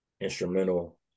instrumental